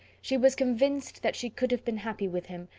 she was convinced that she could have been happy with him,